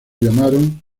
llamaron